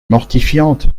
mortifiante